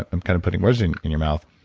i'm kind of putting words in in your mouth.